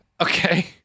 Okay